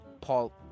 Paul